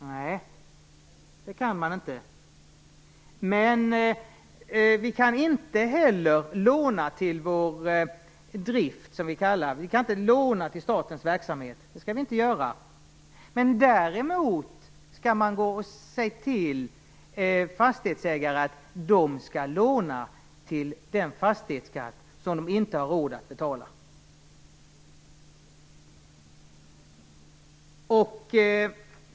Nej, det kan den inte. Men vi kan inte heller låna till driften. Vi kan inte låna till statens verksamhet. Det skall vi inte göra. Däremot skall man säga till fastighetsägare att de skall låna till den fastighetsskatt som de inte har råd att betala.